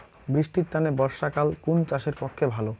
বৃষ্টির তানে বর্ষাকাল কুন চাষের পক্ষে ভালো?